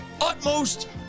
utmost